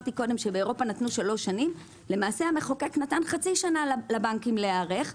באירופה נתנו שלוש שנים המחוקק נתן חצי שנה לבנקים להיערך,